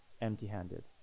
empty-handed